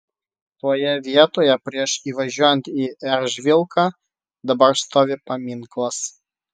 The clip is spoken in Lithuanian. toje vietoje prieš įvažiuojant į eržvilką dabar stovi paminklas